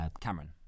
Cameron